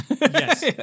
Yes